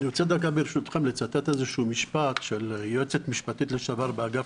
אני רוצה ברשותכם לצטט משפט של יועצת משפטית לשעבר באגף